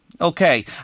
Okay